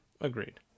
Agreed